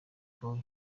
boy